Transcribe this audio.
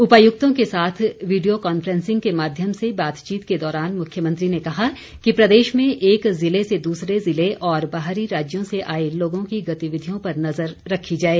उपायुक्तों के साथ वीडियो कॉनफ्रेंसिंग के माध्यम से बातचीत के दौरान मुख्यमंत्री ने कहा कि प्रदेश में एक जिले से दूसरे जिले और बाहरी राज्य से आए लोगों की गतिविधियों पर नज़र रखी जाए